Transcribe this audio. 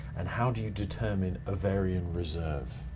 and how do you determine ovarian reserve?